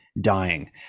dying